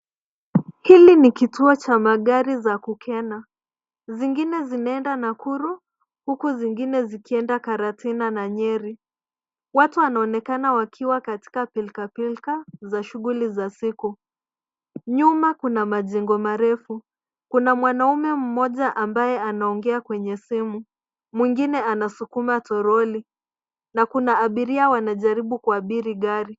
Hili ni kituo cha magari za Kukena, zingine zinaenda Nakuru, huku zingine zikienda Karatina na Nyeri. Watu wanaonekana wakiwa katika pilkapilka za shughuli za siku. Nyuma kuna majengo marefu. Kuna mwanaume mmoja ambaye anaongea kwa simu, mwingine anasukuma toroli na kuna abiria wanajaribu kuabiri gari.